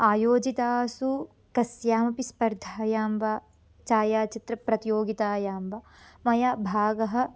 आयोजितासु कस्यामपि स्पर्धायां वा छायाचित्रप्रतियोगितायां वा मया भागः